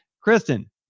Kristen